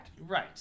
Right